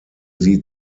sie